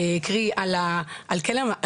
קרי על המערכת,